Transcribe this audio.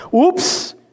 Oops